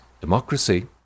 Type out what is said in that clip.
democracy